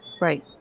Right